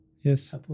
Yes